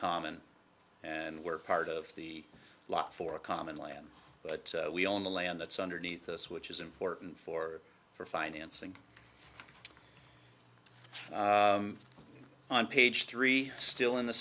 common and we're part of the lot for common land but we own the land that's underneath us which is important for for financing on page three still in the